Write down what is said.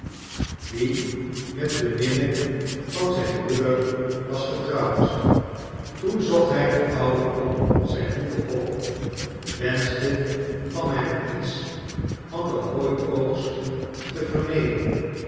die met de minne van zijn broeder was getrouwd toen zocht hij den oude op zijn hoeve op wenschende van hem iets van den hooioogst te vernemen